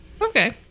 Okay